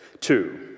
Two